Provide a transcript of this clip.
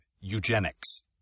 eugenics